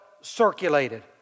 circulated